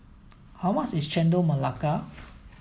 how much is Chendol Melaka